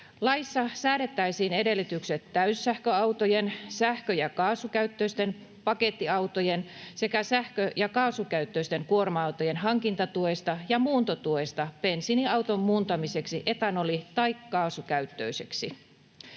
Laissa säädettäisiin edellytykset täyssähköautojen, sähkö- ja kaasukäyttöisten pakettiautojen sekä sähkö- ja kaasukäyttöisten kuorma-autojen hankintatuesta ja muuntotuesta bensiiniauton muuntamiseksi etanoli- tai kaasukäyttöiseksi.